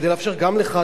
כדי לאפשר גם לך,